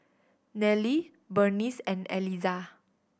Nelie Burnice and Elizah